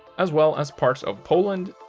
as well as parts of poland,